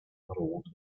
rot